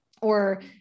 or-